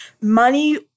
money